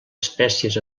espècies